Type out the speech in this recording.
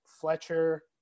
Fletcher